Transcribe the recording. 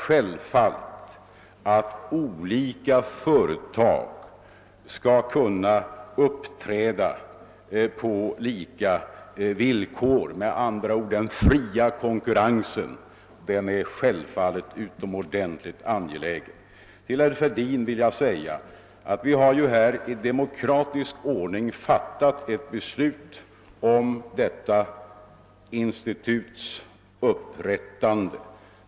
Självfallet skall olika företag kunna uppträda på samma villkor. Med andra ord: den fria konkurrensen är självfallet utomordentligt angelägen. Till herr Fälldin vill jag säga, att vi har i demokratisk ordning fattat ett beslut om detta instituts upprättande.